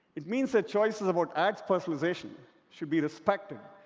it means that choices about ads personalization should be respected.